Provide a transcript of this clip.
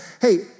hey